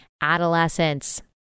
adolescents